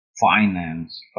finance